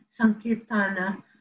sankirtana